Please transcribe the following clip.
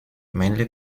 mainly